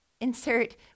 insert